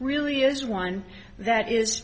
really is one that is